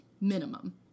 minimum